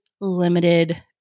limited